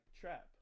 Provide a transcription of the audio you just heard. trap